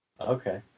Okay